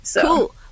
Cool